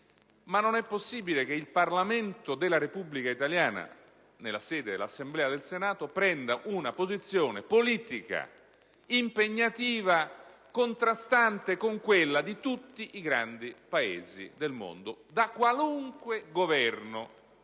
ma non è possibile che il Parlamento della Repubblica italiana, nella sede dell'Assemblea del Senato, prenda una posizione politica impegnativa contrastante con quella di tutti i grandi Paesi del mondo, da qualunque Governo